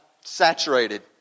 saturated